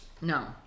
No